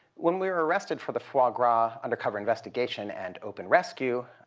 when we were arrested for the foie gras undercover investigation and open rescue